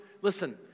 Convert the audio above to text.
listen